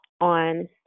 on